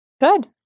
Good